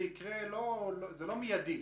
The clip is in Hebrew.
זה לא דבר מיידי,